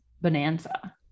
bonanza